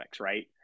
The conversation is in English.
right